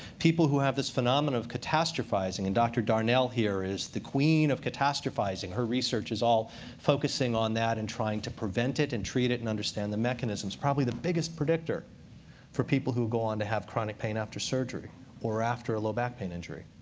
people who have this phenomena of catastrophizing and dr. darnall here is the queen of catastrophizing. her research is all focusing on that and trying to prevent it and treat it and understand the mechanisms probably the biggest predictor for people who go on to have chronic pain after surgery or after a low back pain injury.